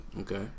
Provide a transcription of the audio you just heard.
Okay